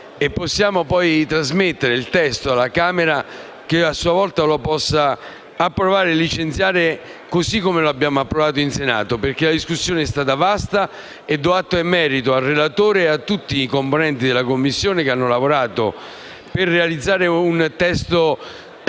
per poi trasmettere il testo alla Camera, che, a sua volta, possa approvarlo e licenziarlo nel testo approvato in Senato, perché la discussione è stata ampia. Di ciò va dato atto e merito al relatore e a tutti i componenti della Commissione, che hanno lavorato per realizzare un testo